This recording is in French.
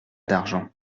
d’argent